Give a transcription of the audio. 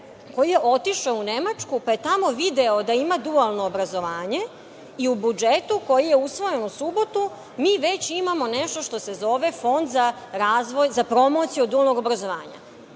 koji je otišao u Nemačku, pa je tamo video da ima dualno obrazovanje i u budžetu koji je usvojen u subotu mi već imamo nešto što se zove Fond za promociju dualnog obrazovanja.